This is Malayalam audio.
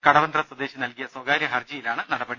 കടവന്ത്ര സ്വദേശി നൽകിയ സ്വകാര്യ ഹർജിയിലാണ് നടപടി